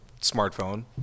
smartphone